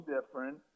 different